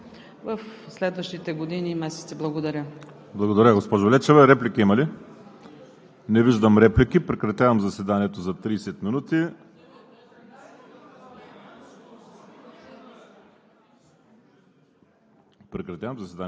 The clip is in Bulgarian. и най-вече към управляващото мнозинство, да помислят за един по-различен подход за подкрепа в следващите години и месеци. Благодаря. ПРЕДСЕДАТЕЛ ВАЛЕРИ СИМЕОНОВ: Благодаря, госпожо Лечева. Реплики има ли? Не виждам. Прекратявам заседанието за 30 минути.